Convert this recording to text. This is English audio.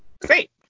Great